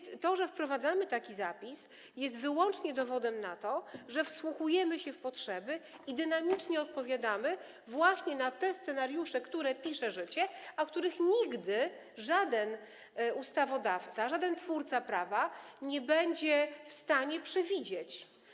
To, że wprowadzamy taki zapis, jest wyłącznie dowodem na to, że wsłuchujemy się w potrzeby i dynamicznie odpowiadamy właśnie na te scenariusze, które pisze życie, a których nigdy żaden ustawodawca, żaden twórca prawa nie będzie w stanie przewidzieć.